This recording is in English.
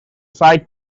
site